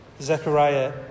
Zechariah